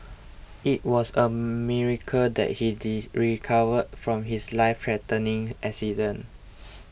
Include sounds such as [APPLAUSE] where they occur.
it was a miracle that he [UNINTELLIGIBLE] recovered from his lifethreatening accident